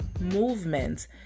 movement